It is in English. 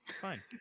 Fine